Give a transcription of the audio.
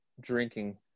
drinking